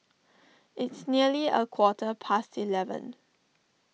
its nearly a quarter past eleven